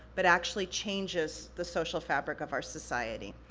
but actually changes the social fabric of our society.